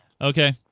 Okay